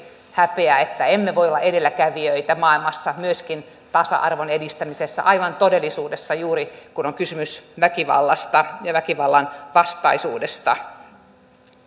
häpeä että emme voi olla edelläkävijöitä maailmassa myöskin tasa arvon edistämisessä aivan todellisuudessa juuri kun on on kysymys väkivallasta ja väkivallan vastaisuudesta